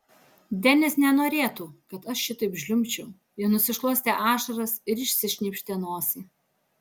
denis nenorėtų kad aš šitaip žliumbčiau ji nusišluostė ašaras ir išsišnypštė nosį